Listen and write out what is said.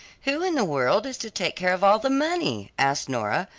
who in the world is to take care of all the money? asked nora,